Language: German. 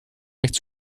recht